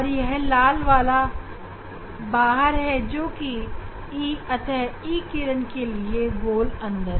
यह लाल वाला गोल E किरण के लिए है जोकि O किरण के गोल के भीतर है